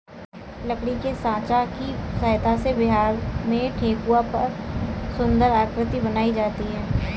लकड़ी के साँचा की सहायता से बिहार में ठेकुआ पर सुन्दर आकृति बनाई जाती है